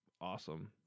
awesome